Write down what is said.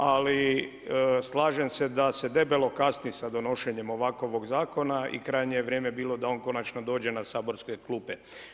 Ali slažem se da se debelo kasni sa donošenjem ovakvog zakona i krajnje vrijeme je bilo da on konačno dođe na saborske klupe.